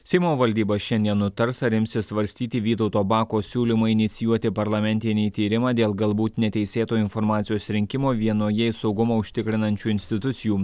seimo valdyba šiandien nutars ar imsis svarstyti vytauto bako siūlymui inicijuoti parlamentinį tyrimą dėl galbūt neteisėto informacijos rinkimo vienoje iš saugumą užtikrinančių institucijų